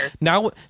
Now